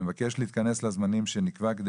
אני מבקש להתכנס לזמנים שנקבע כדי